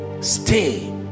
Stay